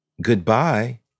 goodbye